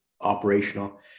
operational